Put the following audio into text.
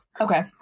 Okay